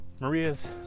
Maria's